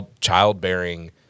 childbearing